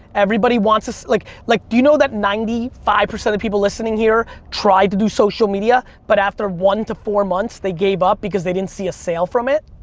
everybody wants a, like, like do you know that ninety-five percent of the people listening here tried to do social media but after one to four months they gave up because they didn't see a sale from it,